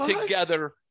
together